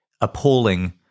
appalling